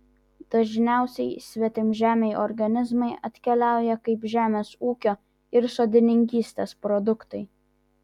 dažniausiai svetimžemiai organizmai atkeliauja kaip žemės ūkio ir sodininkystės produktai